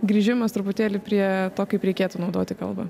grįžimas truputėlį prie to kaip reikėtų naudoti kalbą